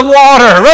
water